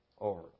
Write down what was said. over